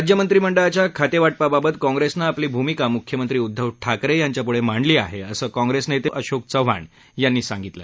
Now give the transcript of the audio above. राज्य मंत्रीमंडळाच्या खातेवाटपाबाबत काँप्रेसनं आपली भूमिका मुख्यमंत्री उद्दव ठाकरे यांच्यापुढं मांडली आहे असं काँप्रेस नेते अशोक चव्हाण यांनी सांगितलं